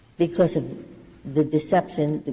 because of the deception.